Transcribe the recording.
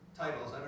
titles